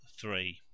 THREE